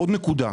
עוד נקודה,